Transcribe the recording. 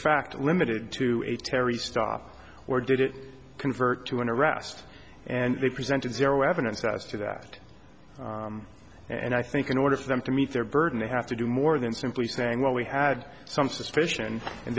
fact limited to a terry stop or did it convert to an arrest and they presented zero evidence as to that and i think in order for them to meet their burden they have to do more than simply saying well we had some suspicion and